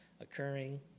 occurring